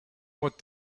what